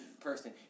person